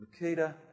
Makita